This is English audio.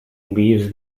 leaves